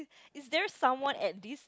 it there someone at this